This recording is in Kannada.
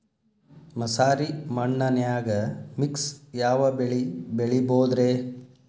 ಮಸಾರಿ ಮಣ್ಣನ್ಯಾಗ ಮಿಕ್ಸ್ ಯಾವ ಬೆಳಿ ಬೆಳಿಬೊದ್ರೇ?